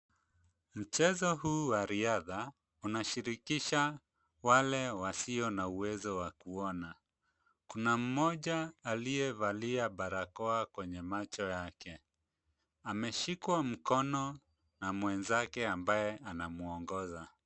Mchezo huu wa riadha unashirikisha wale wasio na uwezo wa kuona. Kuna mmoja aliyevalia barakoa kwenye macho yake, ameshikwa mkono na mwenzake ambaye anamwongoza.